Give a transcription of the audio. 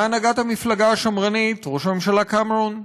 מהנהגת המפלגה השמרנית, ראש הממשלה קמרון,